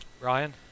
Ryan